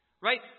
right